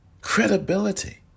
Credibility